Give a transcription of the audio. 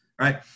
Right